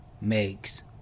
makes